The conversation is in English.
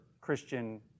Christian